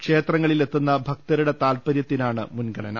ക്ഷേത്ര ങ്ങളിലെത്തുന്ന് ഭക്തരുടെ താൽപര്യത്തിനാണ് മുൻഗണന